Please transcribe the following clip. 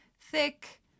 thick